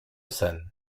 sen